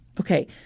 Okay